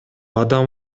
адам